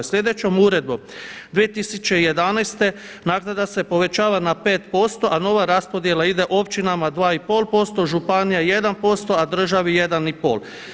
Sljedećom uredbom 2011. naknada se povećava na 5% a nova raspodjela ide općinama 2,5%, županija 1% a državi 1,5.